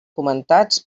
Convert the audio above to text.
comentats